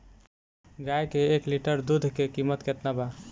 गाए के एक लीटर दूध के कीमत केतना बा?